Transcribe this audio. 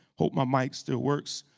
hope my mic still works.